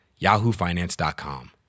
yahoofinance.com